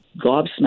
gobsmacked